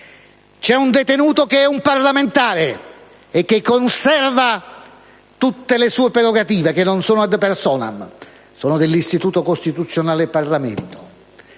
C'è un detenuto, che è un parlamentare e che conserva tutte le sue prerogative, che non sono *ad personam*, sono dell'istituto costituzionale "Parlamento".